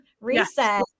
reset